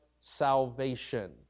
salvation